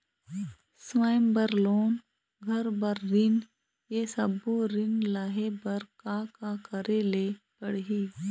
स्वयं बर लोन, घर बर ऋण, ये सब्बो ऋण लहे बर का का करे ले पड़ही?